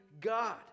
God